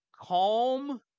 calm